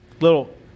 little